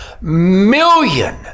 million